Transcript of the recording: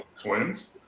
twins